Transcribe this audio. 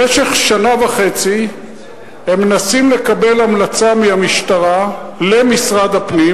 במשך שנה וחצי הם מנסים לקבל המלצה מהמשטרה למשרד הפנים,